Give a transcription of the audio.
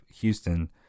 Houston